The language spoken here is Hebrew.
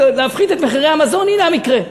להפחית את מחירי המזון, זה המקרה.